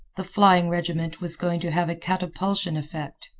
the flying regiment was going to have a catapultian effect.